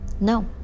No